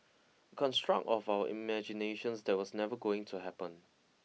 construct of our imaginations that was never going to happen